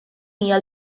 hija